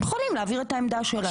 הם יכולים להעביר את העמדה שלהם.